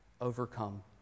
overcome